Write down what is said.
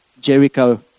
Jericho